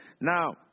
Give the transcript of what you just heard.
Now